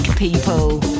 people